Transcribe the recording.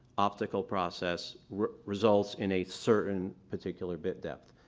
optical process results in a certain particular bit depth.